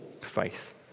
faith